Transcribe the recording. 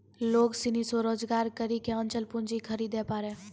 लोग सनी स्वरोजगार करी के अचल पूंजी खरीदे पारै